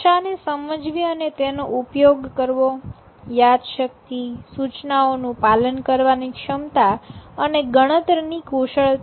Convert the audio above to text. ભાષા ને સમજવી અને તેનો ઉપયોગ કરવો યાદશક્તિ સુચનાઓનું પાલન કરવાની ક્ષમતા અને ગણતરીની કુશળતા